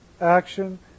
action